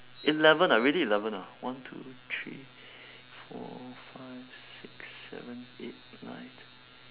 eleven ah really eleven ah one two three four five six seven eight nine ten